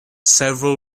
several